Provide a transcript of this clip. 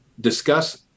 discuss